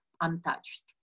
untouched